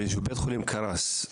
שבית חולים קרס,